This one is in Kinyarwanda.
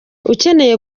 ukeneye